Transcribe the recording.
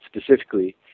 specifically